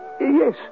Yes